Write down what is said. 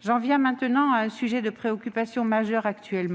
J'en viens maintenant à un sujet de préoccupation essentiel :